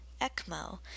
ECMO